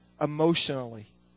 emotionally